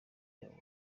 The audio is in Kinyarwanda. yabo